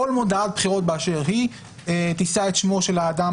כל מודעת בחירות באשר היא תישא את שמו של האדם